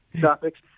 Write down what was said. topics